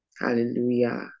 Hallelujah